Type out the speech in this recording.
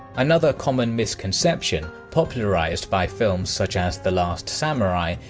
another common misconception, popularised by films such as the last samurai,